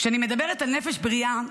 כשאני מדברת על נפש בריאה,